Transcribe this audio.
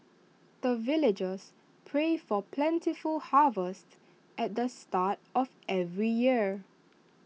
the villagers pray for plentiful harvest at the start of every year